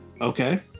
Okay